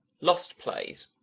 lost plays